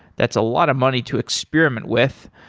that's a lot of money to experiment with.